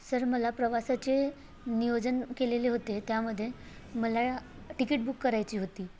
sir मला प्रवासाचे नियोजन केलेले होते त्यामध्ये मला टिकीट बुक करायची होती